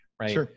right